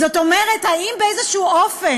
זאת אומרת, האם באיזה אופן,